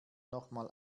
nochmal